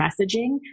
messaging